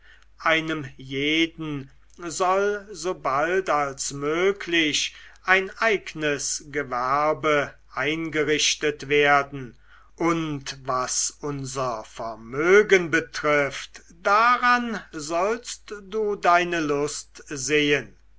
einem jeden soll so bald als möglich ein eignes gewerbe eingerichtet werden und was unser vermögen betrifft daran sollst du deine lust sehen